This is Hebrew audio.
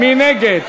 מי נגד?